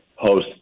host